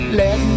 let